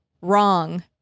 wrong